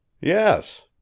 yes